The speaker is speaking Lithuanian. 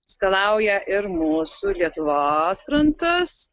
skalauja ir mūsų lietuvos krantus